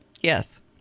Yes